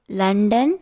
London